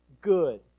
good